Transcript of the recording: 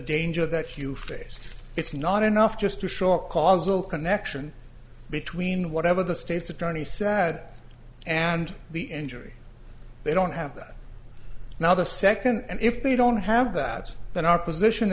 danger that hew face it's not enough just to show a causal connection between whatever the state's attorney sad and the injury they don't have that now the second and if they don't have that then our position